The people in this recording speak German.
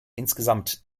insgesamt